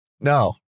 No